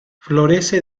florece